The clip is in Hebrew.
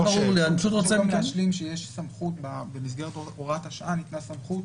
חשוב גם להשלים שבמסגרת הוראת השעה ניתנה סמכות